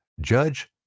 judge